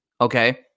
okay